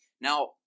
Now